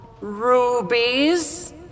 rubies